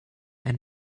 and